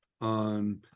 on